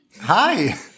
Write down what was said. hi